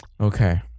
Okay